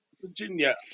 Virginia